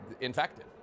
infected